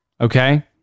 okay